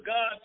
God